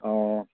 অঁ